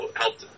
helped